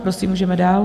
Prosím, můžeme dál.